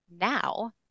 now